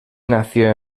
nació